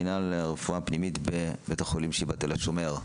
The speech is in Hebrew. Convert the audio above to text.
מינהל הרפואה הפנימית בבית החולים "שיבא" תל-השומר.